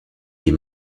est